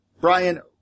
Brian